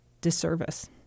disservice